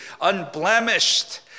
unblemished